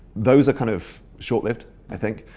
those are kind of short lived i think.